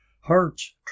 Hearts